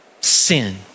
sin